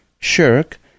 shirk